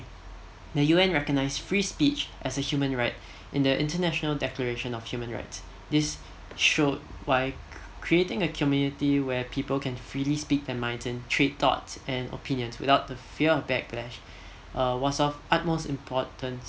the U_N recognized free speech as a human right in the international declaration of human rights this show why creating a community where people can freely speak in mind trade thoughts and opinion without the fear of backlash uh was of utmost importance